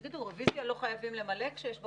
תגידו, רביזיה לא חייבים למלא כשיש בקשה?